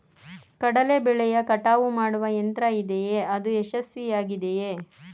ಕಡಲೆ ಬೆಳೆಯ ಕಟಾವು ಮಾಡುವ ಯಂತ್ರ ಇದೆಯೇ? ಅದು ಯಶಸ್ವಿಯಾಗಿದೆಯೇ?